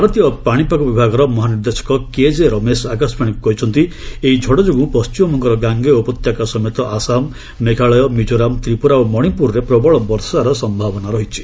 ଭାରତୀୟ ପାଣିପାଗ ବିଭାଗର ମହାନିର୍ଦ୍ଦେଶକ କେଜେ ରମେଶ ଆକାଶବାଣୀକୁ କହିଛନ୍ତି ଏହି ଝଡ଼ ଯୋଗୁଁ ପଣ୍ଟିମବଙ୍ଗର ଗାଙ୍ଗେୟ ଉପତ୍ୟକା ସମେତ ଆସାମ ମେଘାଳୟ ମିକୋରାମ୍ ତ୍ରିପୁରା ଓ ମଣିପୁରରେ ପ୍ରବଳ ବର୍ଷାର ସମ୍ଭାବନା ରହିଛି